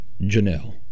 Janelle